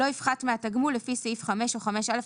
לא יפחת מהתגמול לפי סעיף 5 או 5א,